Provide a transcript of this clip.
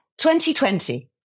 2020